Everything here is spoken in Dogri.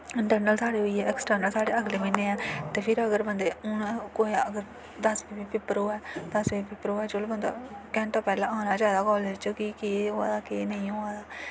इंट्रनल साढ़े होई ए ऐक्सट्रनल साढ़े अगले म्हीनै ऐ ते फिर अगर बंदे हून कोई अगर दस बजे पेपर होऐ चलो बंदा घैंटा पैह्लें आना गै चाहिदा कालज च कि केह् होआ दा केह् नेईं होआ दा